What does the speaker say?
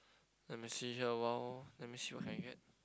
let me see here !wow! let me see what can I get